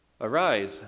Arise